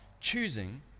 choosing